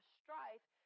strife